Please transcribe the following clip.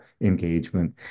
engagement